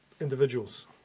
individuals